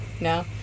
no